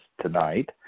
tonight